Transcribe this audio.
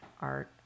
art